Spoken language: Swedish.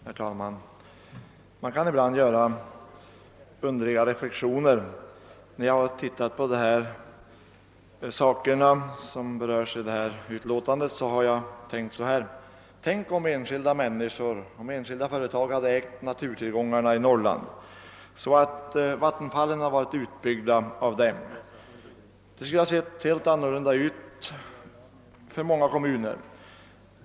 Herr talman! Man kan ibland göra underliga reflexioner. När jag läst vad som berörs i detta utskottsbetänkandet har jag tänkt så här: Tänk om enskilda företag hade ägt naturtillgångarna, så att vattenfallen hade varit utbyggda av dem, då skulle det ha sett helt annorlunda ut för många kommuner.